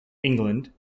england